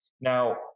Now